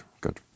good